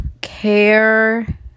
care